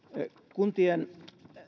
kuntien